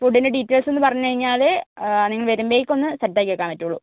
ഫുഡിന്റെ ഡീറ്റെയിൽസൊന്ന് പറഞ്ഞ് കഴിഞ്ഞാൽ നിങ്ങൾ വരുമ്പോഴേക്ക് ഒന്ന് സെറ്റ് ആക്കിവെക്കാൻ പറ്റുകയുള്ളൂ